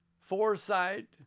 foresight